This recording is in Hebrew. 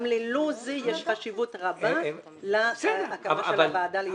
גם ללא זה יש חשיבות רבה להקמה של הוועדה ליציבות פיננסית.